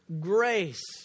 grace